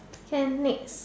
can next